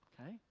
Okay